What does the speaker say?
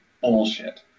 bullshit